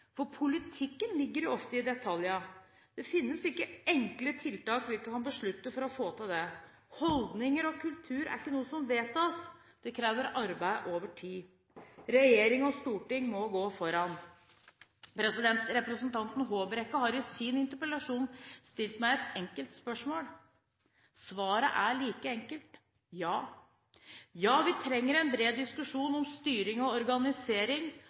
for politikken ligger jo ofte i detaljene. Det finnes ikke enkle tiltak vi kan beslutte for å få til det. Holdninger og kultur er ikke noe som vedtas – det krever arbeid over tid. Regjering og storting må gå foran. Representanten Håbrekke har i sin interpellasjon stilt meg et enkelt spørsmål. Svaret er like enkelt: Ja. Vi trenger en bred diskusjon om styring, organisering og